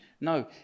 No